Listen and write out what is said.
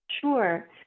Sure